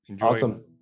awesome